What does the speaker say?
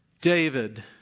David